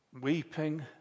weeping